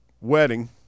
wedding